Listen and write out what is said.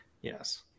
Yes